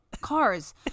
Cars